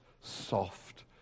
soft